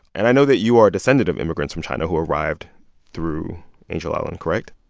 and i know that you are a descendant of immigrants from china who arrived through angel island, correct?